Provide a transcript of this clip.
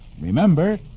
Remember